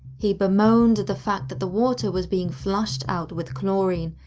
he bemoaned the fact that the water was being flushed out with chlorine,